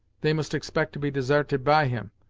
they must expect to be desarted by him,